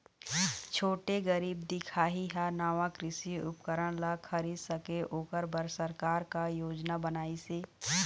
छोटे गरीब दिखाही हा नावा कृषि उपकरण ला खरीद सके ओकर बर सरकार का योजना बनाइसे?